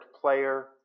player